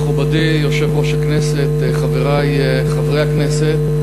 מכובדי יושב-ראש הכנסת, חברי חברי הכנסת,